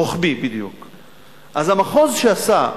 אז המחוז שעשה,